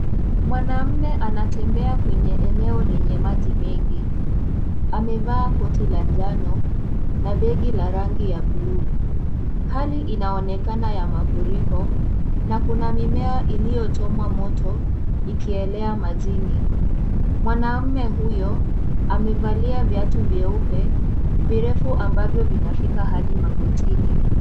Mwanaume anatembea kwenye eneo lenye maji mengi amevaa koti la njano na begi la rangi ya buluu hali inaonekana ya mafuriko na kuna mimea iliyochomwa moto ikielea majini ,mwanaume huyo amevalia viatu vyeupe virefu ambavyo vinafuka hadi magotini.